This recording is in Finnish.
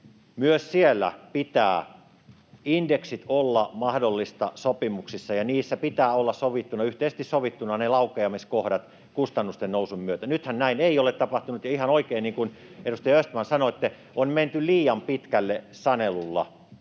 Myös siellä pitää indeksien olla mahdollisia sopimuksissa, ja niissä pitää olla yhteisesti sovittuna laukeamiskohdat kustannusten nousun myötä. Nythän näin ei ole tapahtunut. Ja ihan oikein, niin kuin edustaja Östman sanoitte, on menty liian pitkälle sanelulla tältä